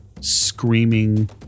Screaming